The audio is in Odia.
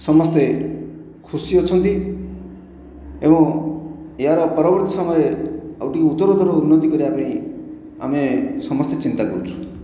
ସମସ୍ତେ ଖୁସି ଅଛନ୍ତି ଏବଂ ଏହାର ପରବର୍ତ୍ତୀ ସମୟରେ ଆଉ ଟିକେ ଉତ୍ତରତର ଉନ୍ନତି କରିବା ପାଇଁ ଆମେ ସମସ୍ତେ ଚିନ୍ତା କରୁଛୁ